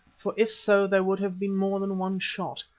for if so there would have been more than one shot.